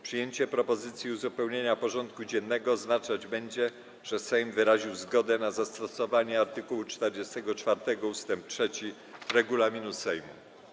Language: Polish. Przyjęcie propozycji uzupełnienia porządku dziennego oznaczać będzie, że Sejm wyraził zgodę na zastosowanie art. 44 ust. 3 regulaminu Sejmu.